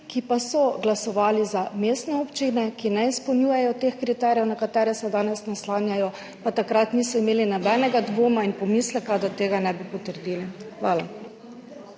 ki pa so glasovali za mestne občine, ki ne izpolnjujejo teh kriterijev, na katere se danes naslanjajo, pa takrat niso imeli nobenega dvoma in pomisleka, da tega ne bi potrdili. Hvala.